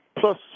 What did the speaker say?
Plus